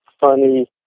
funny